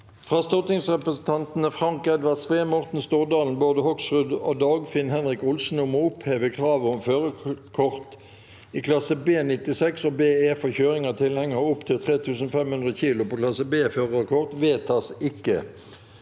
fra stortingsrepresentantene Frank Edvard Sve, Morten Stordalen, Bård Hoksrud og Dagfinn Henrik Olsen om å oppheve kravet om førerkort i klasse B96 og BE for kjøring av tilhenger opp til 3 500 kg på klasse B-førerkort – vedtas ikke.